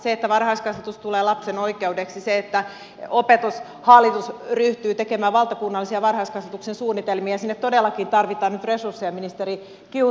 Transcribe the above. se että varhaiskasvatus tulee lapsen oikeudeksi se että opetushallitus ryhtyy tekemään valtakunnallisia varhaiskasvatuksen suunnitelmia ja sinne todellakin tarvitaan nyt resursseja ministeri kiuru